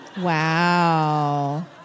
Wow